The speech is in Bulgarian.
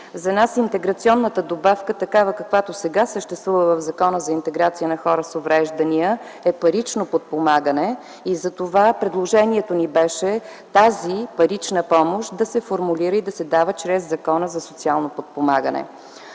За нас интеграционната добавка такава, каквато сега съществува в Закона за интеграцията на хора с увреждания, е парично подпомагане и затова предложението ни беше тази парична помощ да се формулира и да се дава чрез Закона за социално подпомагане.